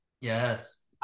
Yes